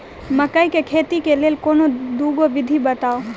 मकई केँ खेती केँ लेल कोनो दुगो विधि बताऊ?